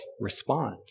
respond